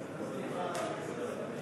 לצעיר בני,